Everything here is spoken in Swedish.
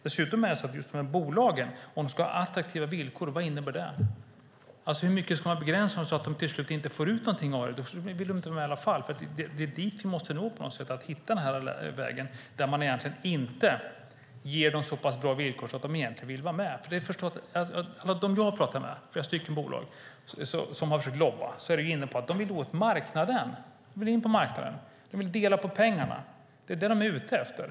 Dessutom är det så här: Vad innebär det att ha attraktiva villkor för de här bolagen? Hur mycket ska man begränsa för dem? Om de till slut inte får ut någonting av det hela vill de inte vara med i alla fall. Det är på något sätt dit vi måste nå. Vi måste hitta vägen där man egentligen inte ger dem så pass bra villkor att de vill vara med. Jag har talat med flera bolag som har försökt lobba. De är inne på att de vill åt marknaden. De vill in på marknaden, och de vill dela på pengarna. Det är det de är ute efter.